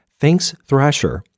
THANKSTHRASHER